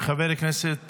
חבר הכנסת